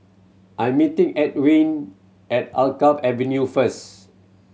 I'm meeting Antwain at Alkaff Avenue first